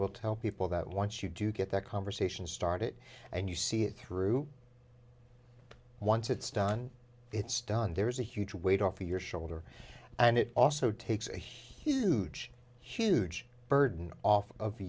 will tell people that once you do get that conversation started and you see it through once it's done it's done there is a huge weight off your shoulder and it also takes a huge huge burden off of